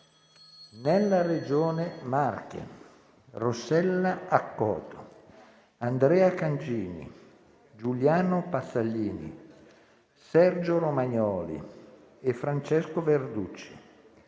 nella Regione Marche: Rossella Accoto, Andrea Cangini, Giuliano Pazzaglini, Sergio Romagnoli e Francesco Verducci;